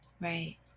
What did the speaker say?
Right